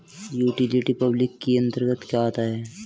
Utility public के अंतर्गत क्या आता है?